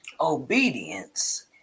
obedience